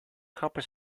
copper